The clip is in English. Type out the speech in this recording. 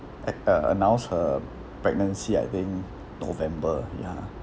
at uh announced her pregnancy I think november ya